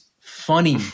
funny